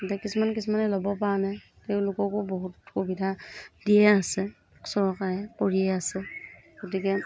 এতিয়া কিছুমান কিছুমানে ল'ব পৰা নাই তেওঁলোককো বহুত সুবিধা দিয়ে আছে চৰকাৰে কৰিয়ে আছে গতিকে